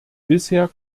bisher